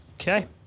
Okay